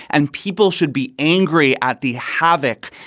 and people should be angry at the havoc,